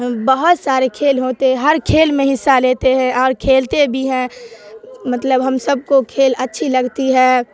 بہت سارے کھیل ہوتے ہیں ہر کھیل میں حصہ لیتے ہیں اور کھیلتے بھی ہیں مطلب ہم سب کو کھیل اچھی لگتی ہے